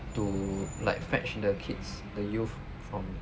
to like fetch the kids the youth from